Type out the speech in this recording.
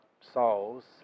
souls